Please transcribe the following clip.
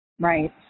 Right